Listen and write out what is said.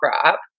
crop